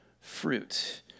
fruit